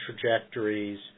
trajectories